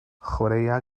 chwaraea